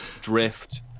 drift